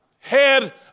head